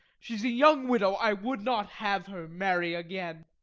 she s a young widow i would not have her marry again.